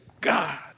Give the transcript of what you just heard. God